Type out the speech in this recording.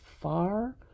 far